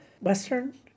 Western